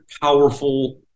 powerful